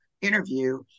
interview